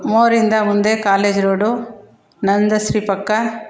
ಮೋರಿಂದ ಮುಂದೆ college road Nandashree ಪಕ್ಕ